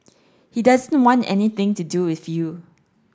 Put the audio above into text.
he doesn't want anything to do with you